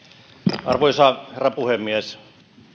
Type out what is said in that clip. arvoisa herra puhemies